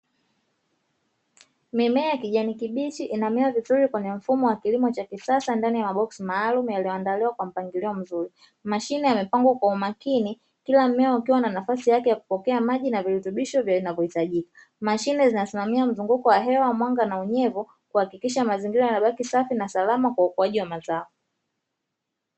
Mimea ya kijani kibichi inamea vizuri kwenye mfumo wa kilimo cha kisasa ndani ya maboksi maalumu yaliyoandaliwa kwa mpangilio mzuri, mashine yamepangwa kwa umakini kila mmea ukiwa na nafasi yake ya kupokea maji na virutubisho vinavyohitajika. Mashine zinasimamia mzunguko wa hewa, mwanga na unyevu kuhakikisha mazingira yanabaki safi na salama kwa ukuaji wa mazao.